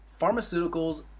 Pharmaceuticals